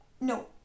no